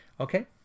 Okay